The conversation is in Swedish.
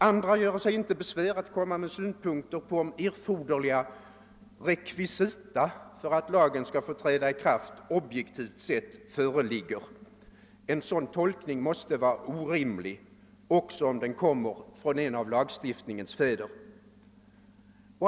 Andra göre sig icke besvär att komma med synpunkter på om erforderliga rekvisit för att lagen skall träda i kraft objektivt sett föreligger. En sådan tolkning måste vara orimlig, också om den kommer från en av lagstiftningens fäder.